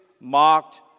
mocked